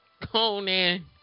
conan